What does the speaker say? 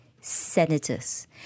senators